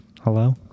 Hello